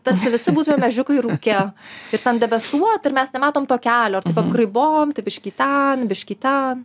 tarsi visi būtumėm ežiukai rūke ir ten debesuota ir mes nematom to kelio ir taip apgraibom tai biškį ten biškį ten